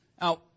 Now